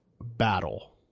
battle